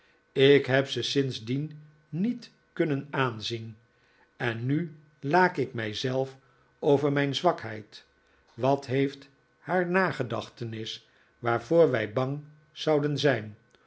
ik heb ze sindsdien niet kunnen aanzien en nu laak ik mij zelf over mijn zwakheid wat heeft haar nagedachtenis waarvoor wij bang zouden zijn